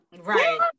right